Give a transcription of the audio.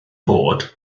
bod